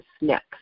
next